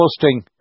posting